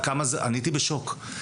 אני הייתי בשוק.